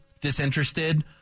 disinterested